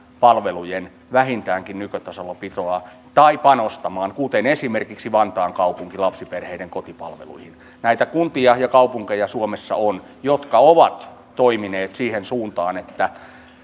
palvelujen vähintäänkin nykytasolla pitoa tai panostamaan kuten esimerkiksi vantaan kaupunki lapsiperheiden kotipalveluihin näitä kuntia ja kaupunkeja suomessa on jotka ovat toimineet siihen suuntaan että